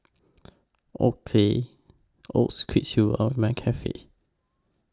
Oakley Quiksilver and McCafe